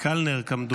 קַלנר, כמדומני.